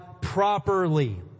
properly